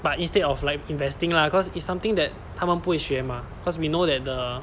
but instead of like investing lah cause it's something that 他们不会学嘛 cause we know that the